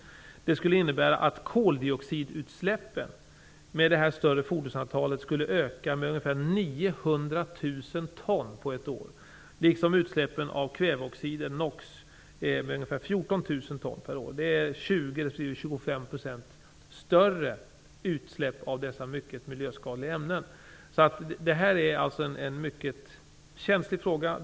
Det skulle innebära att koldioxidutsläppen, i och med det större fordonsantalet, skulle öka med ungefär 900 000 ton på ett år, och att utsläppen av kväveoxider skulle öka med ungefär 14 000 ton per år. Det är 20 % respektive 25 % större utsläpp av dessa mycket miljöskadliga ämnen. Detta är en mycket känslig fråga.